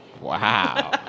Wow